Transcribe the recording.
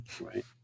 Right